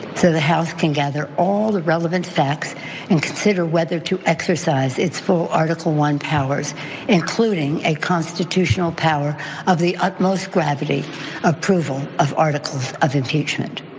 the health can gather all the relevant facts and consider whether to exercise its full article one powers including a constitutional power of the utmost gravity approval of articles of impeachment.